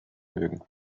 mögen